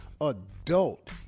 adult